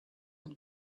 and